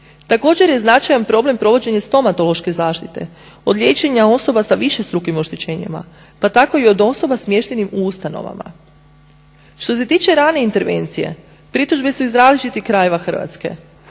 Također je značajan problem provođenje stomatološke zaštite od liječenja osoba sa višestrukim oštećenjima pa tako i od osoba smještenih u ustanovama. Što se tiče rane intervencije pritužbe su iz različitih krajeva Hrvatska.